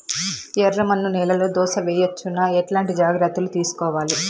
ఎర్రమన్ను నేలలో దోస వేయవచ్చునా? ఎట్లాంటి జాగ్రత్త లు తీసుకోవాలి?